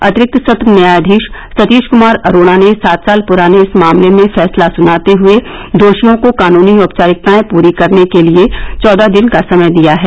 अतिरिक्त सत्र न्यायाधीश सतीश कुमार अरोड़ा ने सात साल पूराने इस मामले में फैसला सुनाते हुए दोषियों को कानूनी औपचारिकताएं पूरा करने के लिए चौदह दिन का समय दिया है